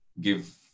give